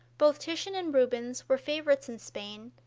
both titian and rubens were favorites in spain,